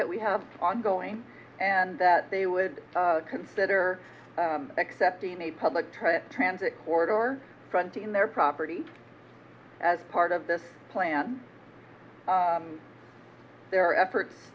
that we have ongoing and that they would consider accepting a public transit corridor fronting their property as part of this plan there are efforts